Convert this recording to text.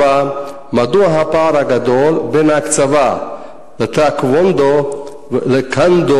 4. מדוע הפער הגדול בין ההקצבה לטקוונדו ולקנדו-בודו?